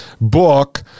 book